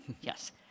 Yes